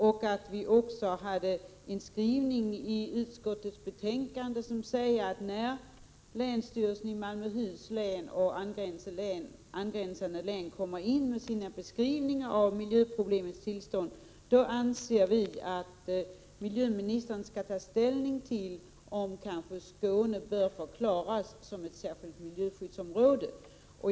Jag sade också att utskottet i en skrivning i betänkandet anser att miljöministern, när länsstyrelsen i Malmöhus län och länsstyrelserna i angränsande län inkommer med sina beskrivningar av miljöproblemen, skall ta ställning till huruvida Skåne kanske bör förklaras som ett särskilt miljöskyddsområde.